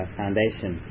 foundation